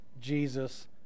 Jesus